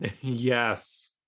yes